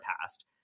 past